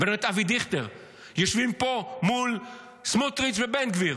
ואני רואה את אבי דיכטר יושבים פה מול סמוטריץ' ובן גביר.